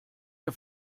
der